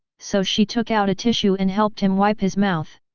so she took out a tissue and helped him wipe his mouth.